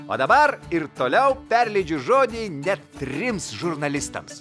o dabar ir toliau perleidžiu žodį net trims žurnalistams